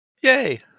Yay